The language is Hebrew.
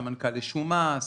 סמנכ"ל לשומה,